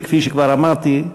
שכפי שכבר אמרתי,